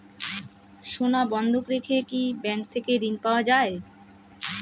সোনা বন্ধক রেখে কি ব্যাংক থেকে ঋণ পাওয়া য়ায়?